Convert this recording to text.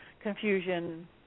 confusion